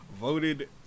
voted